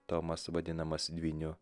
tomas vadinamas dvyniu